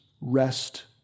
rest